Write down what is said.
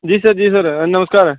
जी sir जी sir नमस्कार